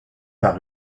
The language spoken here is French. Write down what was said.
pas